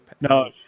No